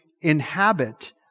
inhabit